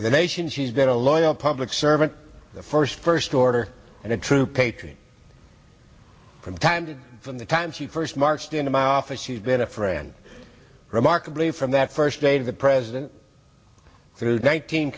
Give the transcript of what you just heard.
and the nation she's been a loyal public servant the first first order and a true patriot from time from the time she first marched into my office she's been a friend remarkably from that first day the president through nineteen